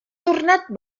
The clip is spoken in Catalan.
tornat